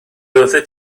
oeddet